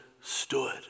stood